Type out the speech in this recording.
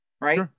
right